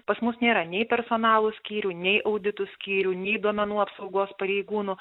pas mus nėra nei personalo skyrių nei auditų skyrių nei duomenų apsaugos pareigūnų